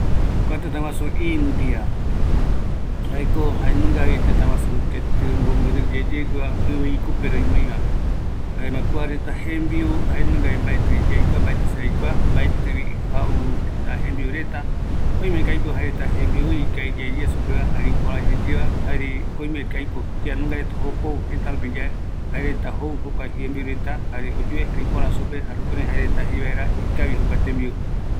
Kua indureta yaikuaavi kïraïko jaereta jembiuïñova, jare supeguareta ikaviyeyeva, kua tëtä matï ndipo, oïmeko aipo kia ojo ovae jokotɨva, se jaevaera kɨraïko jaereta jembiuva aikuapota jae